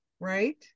right